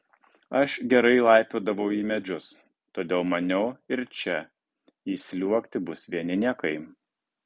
aš gerai laipiodavau į medžius todėl maniau ir čia įsliuogti bus vieni niekai